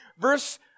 Verse